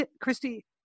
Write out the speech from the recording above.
Christy